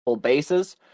bases